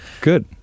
Good